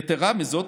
יתרה מזו,